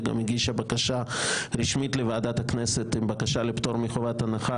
היא גם הגישה בקשה רשמית לוועדת הכנסת עם בקשה לפטור מחובת הנחה,